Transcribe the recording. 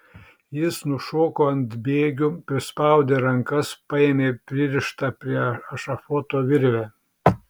jis nušoko ant bėgių pasispjaudė rankas paėmė pririštą prie ešafoto virvę